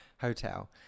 Hotel